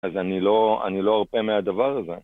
אז אני לא ארפה מהדבר הזה